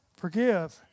forgive